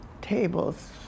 tables